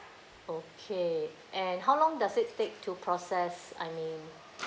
okay and how long does it take to process I mean